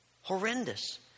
Horrendous